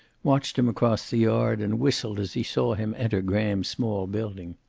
watched him across the yard, and whistled as he saw him enter graham's small building.